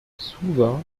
suva